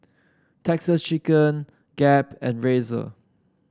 Texas Chicken Gap and Razer